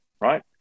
right